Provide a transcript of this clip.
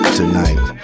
tonight